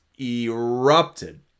erupted